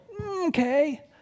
Okay